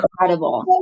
incredible